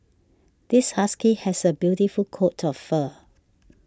this husky has a beautiful coat of fur